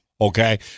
okay